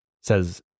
says